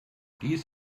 dies